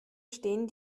stehen